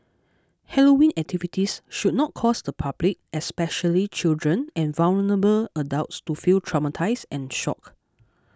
Halloween activities should not cause the public especially children and vulnerable adults to feel traumatised and shocked